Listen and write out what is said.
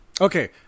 Okay